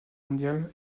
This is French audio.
mondiale